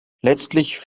letztlich